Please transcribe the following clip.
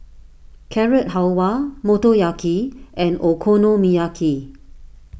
Carrot Halwa Motoyaki and Okonomiyaki